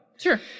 Sure